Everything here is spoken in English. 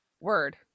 Word